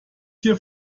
hier